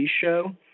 show